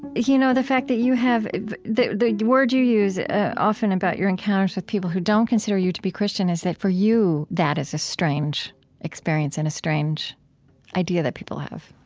you know, the fact that you have the the words you use often about your encounters with people who don't consider you to be christian is that, for you, that is a strange experience and a strange idea that people have